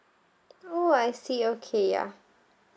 oh I see okay ya